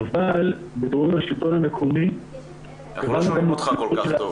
אבל בתיאום עם השלטון המקומי --- אנחנו לא שומעים אותך כל כך טוב,